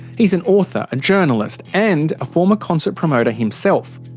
he's an author, a journalist and a former concert promoter himself.